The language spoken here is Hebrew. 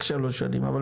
נותנים לכם שנים לעבוד.